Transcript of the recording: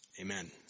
amen